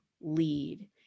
lead